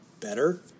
better